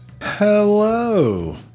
Hello